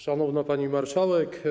Szanowna Pani Marszałek!